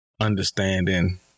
understanding